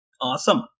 Awesome